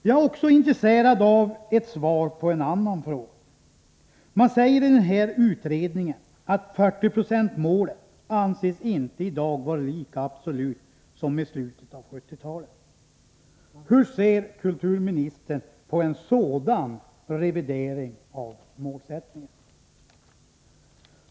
Jag är också intresserad av att få svar på en annan fråga. Man säger i utredningen att 40-procentsmålet i dag inte anses vara lika absolut som i slutet av 1970-talet. Hur ser kulturministern på en sådan revidering av målsättningen?